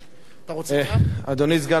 אדוני סגן השר,